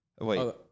Wait